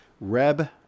Reb